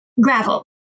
gravel